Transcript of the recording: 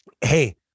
Hey